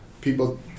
people